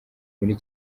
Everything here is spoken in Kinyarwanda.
muri